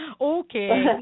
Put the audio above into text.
Okay